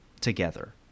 together